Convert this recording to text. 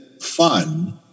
fun